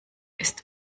ist